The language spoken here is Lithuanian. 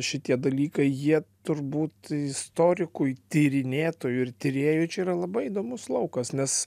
šitie dalykai jie turbūt istorikui tyrinėtojui ir tyrėjui čia yra labai įdomus laukas nes